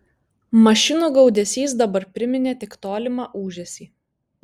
mašinų gaudesys dabar priminė tik tolimą ūžesį